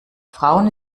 frauen